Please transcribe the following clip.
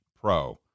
pro